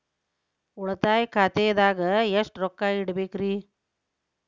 ಉಳಿತಾಯ ಖಾತೆದಾಗ ಎಷ್ಟ ರೊಕ್ಕ ಇಡಬೇಕ್ರಿ?